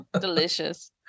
Delicious